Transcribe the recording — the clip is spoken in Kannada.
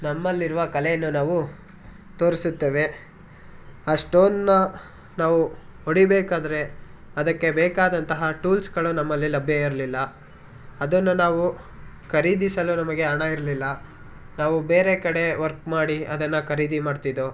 ನಮ್ಮಲ್ಲಿರುವ ಕಲೆಯನ್ನು ನಾವು ತೋರಿಸುತ್ತೇವೆ ಆ ಸ್ಟೋನ್ನ ನಾವು ಹೊಡಿಬೇಕಾದ್ರೆ ಅದಕ್ಕೆ ಬೇಕಾದಂತಹ ಟೂಲ್ಸ್ಗಳು ನಮ್ಮಲ್ಲಿ ಲಭ್ಯ ಇರಲಿಲ್ಲ ಅದನ್ನು ನಾವು ಖರೀದಿಸಲು ನಮಗೆ ಹಣ ಇರಲಿಲ್ಲ ನಾವು ಬೇರೆ ಕಡೆ ವರ್ಕ್ ಮಾಡಿ ಅದನ್ನ ಖರೀದಿ ಮಾಡ್ತಿದ್ದೋ